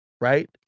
right